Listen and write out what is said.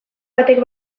batek